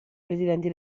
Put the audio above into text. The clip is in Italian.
presidenti